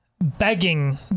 begging